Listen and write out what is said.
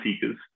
seekers